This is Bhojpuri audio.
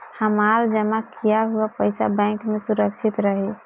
हमार जमा किया हुआ पईसा बैंक में सुरक्षित रहीं?